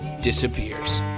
disappears